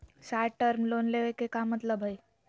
Short term loan के का मतलब हई?